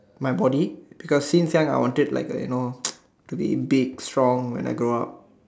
my body because since young I wanted like you know to be big strong when I grow up